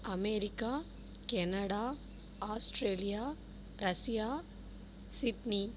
America Canada Australia Russia Sydney